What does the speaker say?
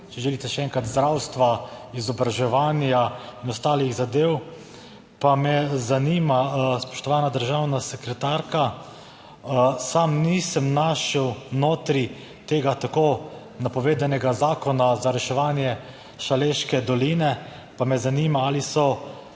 če želite še enkrat, zdravstva, izobraževanja in ostalih zadev. Pa me zanima, spoštovana državna sekretarka, sam nisem našel notri tega tako napovedanega zakona za reševanje Šaleške doline, pa me zanima ali so